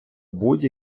будь